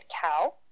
cow